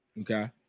Okay